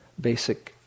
basic